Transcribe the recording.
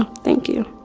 ah thank you.